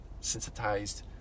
sensitized